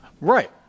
Right